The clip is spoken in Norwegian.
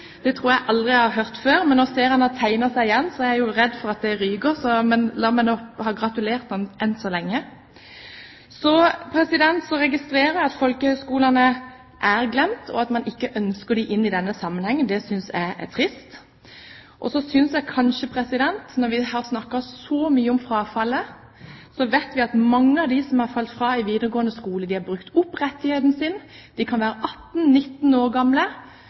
Det tror jeg aldri jeg har hørt før. Nå ser jeg at han har tegnet seg igjen, så jeg er jo redd for at det ryker, men la meg ha gratulert ham enn så lenge! Så registrerer jeg at folkehøyskolene er glemt, og at man ikke ønsker dem inn i denne sammenhengen. Det synes jeg er trist. Og når vi har snakket så mye om frafallet: Vi vet at mange av dem som har falt fra i videregående skole, har brukt opp rettigheten sin. De kan være 18–19 år gamle,